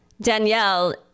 Danielle